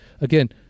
again